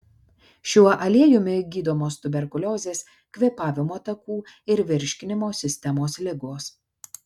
šiuo aliejumi gydomos tuberkuliozės kvėpavimo takų ir virškinimo sistemos ligos